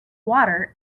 water